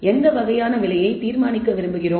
எந்த வகையான விலையை தீர்மானிக்க விரும்புகிறோம்